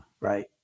right